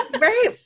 right